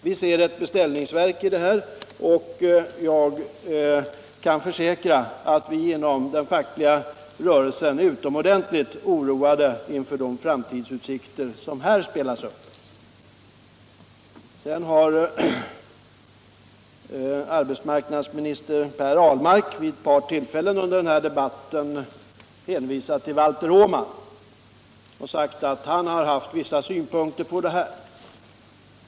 Vi ser ett beställningsverk i detta, och jag kan försäkra att vi inom den fackliga rörelsen är utomordentligt oroade inför de framtidsutsikter som här skisseras upp. Arbetsmarknadsminister Per Ahlmark har vid ett par tillfällen under den här debatten hänvisat till Valter Åman och sagt att han har haft vissa synpunkter på frågan.